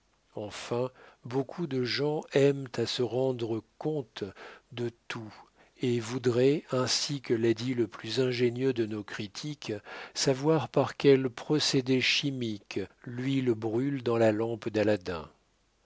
enfin beaucoup de gens aiment à se rendre compte de tout et voudraient ainsi que l'a dit le plus ingénieux de nos critiques savoir par quel procédé chimique l'huile brûle dans la lampe d'aladin